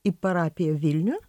į parapiją vilniuje